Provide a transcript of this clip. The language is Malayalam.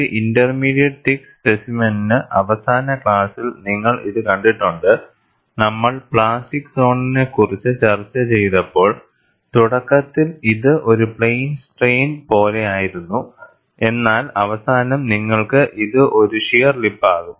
ഒരു ഇന്റർമീഡിയറ്റ് തിക്ക് സ്പെസിമെനിനു അവസാന ക്ലാസിൽ നിങ്ങൾ ഇത് കണ്ടിട്ടുണ്ട്നമ്മൾ പ്ലാസ്റ്റിക് സോണിനെക്കുറിച്ച് ചർച്ച ചെയ്തപ്പോൾതുടക്കത്തിൽ ഇത് ഒരു പ്ലെയിൻ സ്ട്രെയിൻ പോലെ ആയിരുന്നുഎന്നാൽ അവസാനം നിങ്ങൾക്ക് ഇത് ഒരു ഷിയർ ലിപ്പാകും